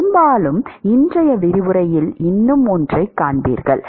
பெரும்பாலும் இன்றைய விரிவுரையில் இன்னும் ஒன்றைக் காண்பீர்கள்